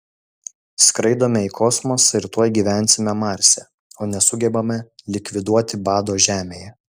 skraidome į kosmosą ir tuoj gyvensime marse o nesugebame likviduoti bado žemėje